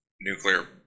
nuclear